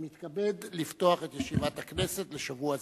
אני מתכבד לפתוח את ישיבת הכנסת לשבוע זה.